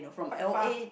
quite far